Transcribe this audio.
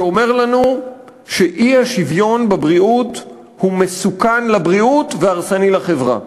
שאומר לנו שהאי-שוויון בבריאות מסוכן לבריאות והרסני לחברה.